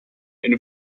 eine